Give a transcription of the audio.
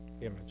image